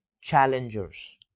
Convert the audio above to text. challengers